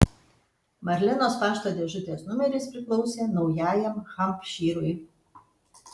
marlenos pašto dėžutės numeris priklausė naujajam hampšyrui